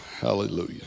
hallelujah